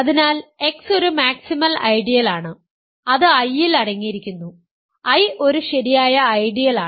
അതിനാൽ X ഒരു maximal ഐഡിയലാണ് അത് I ൽ അടങ്ങിയിരിക്കുന്നു I ഒരു ശരിയായ ഐഡിയലാണ്